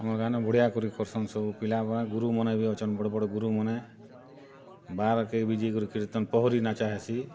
ଆମ ଗାଁ ନ ବଢ଼ିଆ କରି କରୁସନ୍ ସବୁ ପିଲାମାନ ଗୁରୁମାନେ ବି ଅଛନ୍ ବଡ଼୍ ବଡ଼୍ ଗୁରୁମାନେ ବାହାର୍ କେ ଯେଇଁ କରି କୀର୍ତ୍ତନ ପହଁରି ନାଚା ହେସି